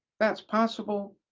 that's possible,